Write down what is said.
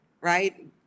right